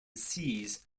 seize